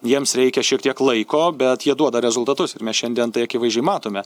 jiems reikia šiek tiek laiko bet jie duoda rezultatus ir mes šiandien tai akivaizdžiai matome